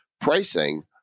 pricing